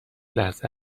لحظه